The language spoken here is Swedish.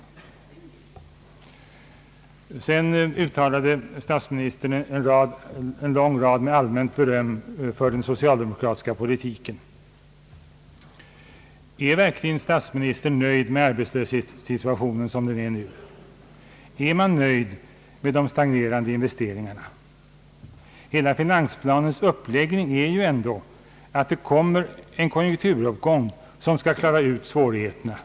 Statsministern uttalade en lång rad allmänt berömmande ord om den socialdemokratiska politiken. Är statsministern verkligen nöjd med arbetslöshetssituationen som den är nu? Är statsministern nöjd med de stagnerande investeringarna? Hela finansplanen bygger på en kommande konjunkturuppgång som skall klara svårigheterna.